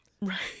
Right